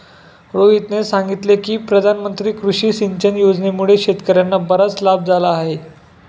रोहितने सांगितले की प्रधानमंत्री कृषी सिंचन योजनेमुळे शेतकर्यांना बराच लाभ झाला आहे